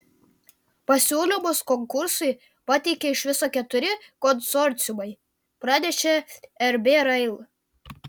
pasiūlymus konkursui pateikė iš viso keturi konsorciumai pranešė rb rail